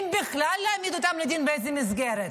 אם בכלל להעמיד אותם לדין, באיזו מסגרת?